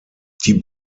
die